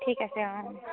ঠিক আছে অঁ